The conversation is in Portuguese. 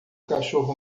cachorro